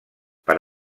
per